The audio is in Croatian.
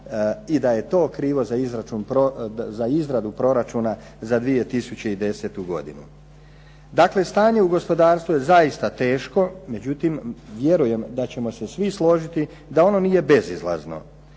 i da je to krivo za izradu proračuna za 2010. godinu. Dakle, stanje u gospodarstvu je zaista teško, međutim vjerujem da ćemo se svi složiti da ono nije bezizlazno.